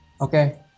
Okay